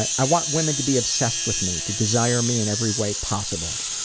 i want women to be obsessed with me. to desire me in every way possible.